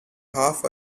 half